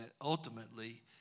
ultimately